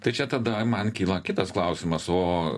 tai čia tada man kyla kitas klausimas o